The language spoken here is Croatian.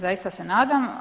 Zaista se nadam.